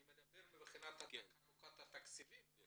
אני מדבר על חלוקת התקציבים.